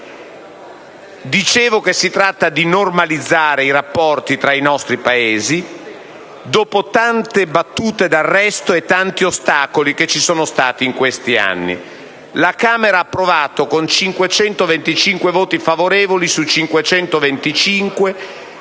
Dicevo che si tratta di normalizzare i rapporti tra i nostri Paesi dopo tante battute d'arresto e tanti ostacoli che ci sono stati in questi anni. La Camera ha approvato recentemente il disegno